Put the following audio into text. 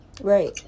Right